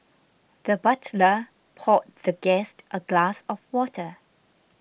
the butler poured the guest a glass of water